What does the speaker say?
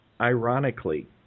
ironically